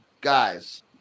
guys